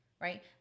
right